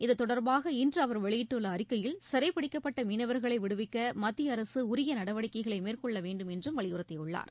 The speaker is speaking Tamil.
இத்தொடர்பாக இன்று அவர் வெளியிட்டுள்ள அறிக்கையில் சிறைபிடிக்கப்பட்ட மீனவர்களை விடுவிக்க மத்திய அரசு உரிய நடவடிக்கைகளை மேற்கொள்ள வேண்டும் என்றும் வலியுறுத்தியுள்ளார்